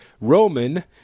Roman